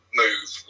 move